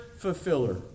Fulfiller